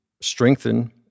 strengthen